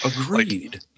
agreed